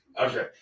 Okay